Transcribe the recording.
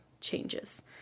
changes